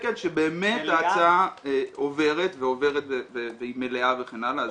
כן, שבאמת ההצעה עוברת ועוברת והיא מלאה וכן הלאה.